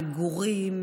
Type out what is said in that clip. המגורים,